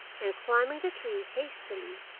and climbing the tree hastily,